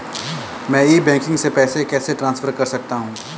मैं e banking से पैसे कैसे ट्रांसफर कर सकता हूं?